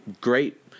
great